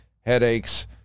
headaches